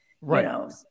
Right